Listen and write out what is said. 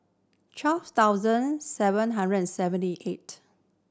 twelve thousand seven hundred and seventy eight